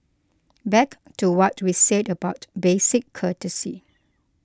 back to what we said about basic courtesy